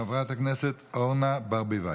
חברת הכנסת אורנה ברביבאי.